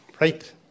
right